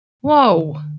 Whoa